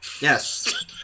Yes